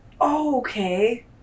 Okay